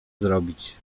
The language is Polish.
zrobić